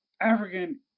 African